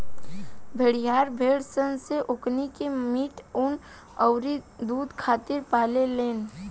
भेड़िहार भेड़ सन से ओकनी के मीट, ऊँन अउरी दुध खातिर पाले लेन